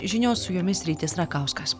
žinios su jumis rytis rakauskas